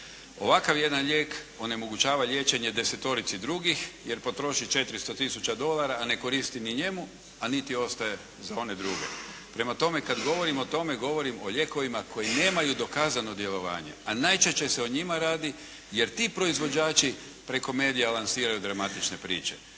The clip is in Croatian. Ovakav jedan lijek onemogućava liječenje desetorici drugih, jer potrošiti 400 tisuća dolara a ne koristi ni njemu, a niti ostaje za one druge. Prema tome kada govorim o tome, govorim o lijekovima koji nemaju dokazano djelovanje, a najčešće se o njima radi, jer ti proizvođači preko medija lansiraju dramatične priče.